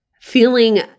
feeling